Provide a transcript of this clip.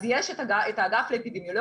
אז יש את האגף לאפידמיולוגיה,